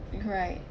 right